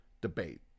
debate